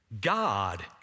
God